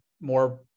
more